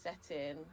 setting